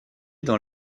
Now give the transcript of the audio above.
dans